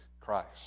Christ